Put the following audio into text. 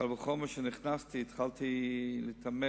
קל וחומר כשנכנסתי, התחלתי להתעמק